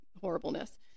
horribleness